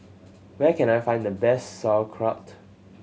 where can I find the best Sauerkraut